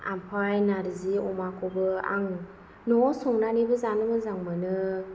ओमफ्राय नारजि अमाखौबो आं न'आव संनानैबो जानो मोजां मोनो